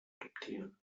adoptieren